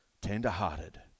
Tender-hearted